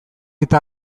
eta